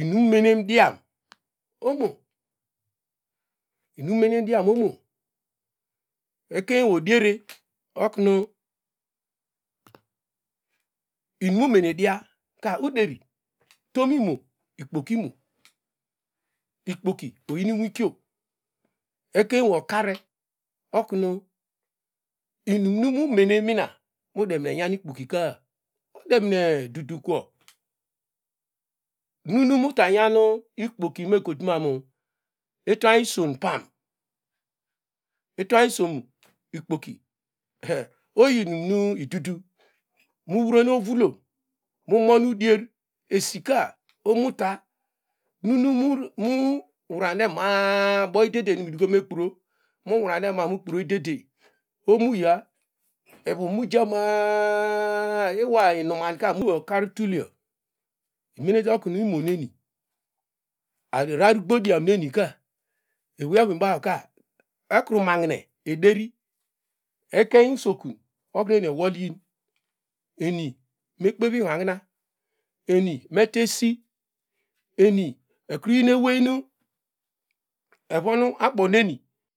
inim menem diam omo inun menem diom omo ekemewey odiere oknu inim mene dia ka uderi tomi imo ikpoki imo ikpoki do iyin inwikio ekemewey okare oknu inim nu unene mina nu udemine nyan ikpoki ka udemine dudukwo nunu uta nyam ikpoki me kotuman itany iswon pam itany iswon ikpoki te oyin inim idudu mu hrene ovulom nu monu udier esika oho mu uta nunu nu mutromema a- a ubo idedem numekpro muvrame ma- a mukpro idedem oho mu ya evu mujama a- a mukpro idedem oho mu ya evu mujama a- a iwar inumanka nu owey ka tulio imenete okun imoneni nu arar gbodiom neni ka ewey evu baw ka ekru mahine gbodiom neni ka ewey evu baw ka ekru mahine ederi ekein usokun oknu ewey ewolyin eni mekpev ihanhina eni meta esi eni ekru yin ewenu evon abo neni.